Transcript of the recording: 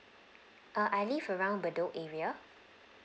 err I live around bedok area